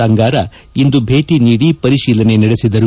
ಅಂಗಾರ ಇಂದು ಭೇಟಿ ನೀಡಿ ಪರಿಶೀಲನೆ ನಡೆಸಿದರು